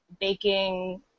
baking